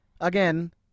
again